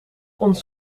ons